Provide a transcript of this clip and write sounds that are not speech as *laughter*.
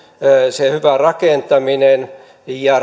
se hyvä rakentaminen ja *unintelligible*